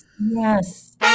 Yes